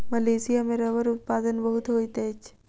Malaysia में रबड़ उत्पादन बहुत होइत अछि